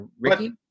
Ricky